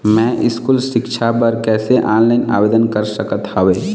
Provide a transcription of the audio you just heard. मैं स्कूल सिक्छा बर कैसे ऑनलाइन आवेदन कर सकत हावे?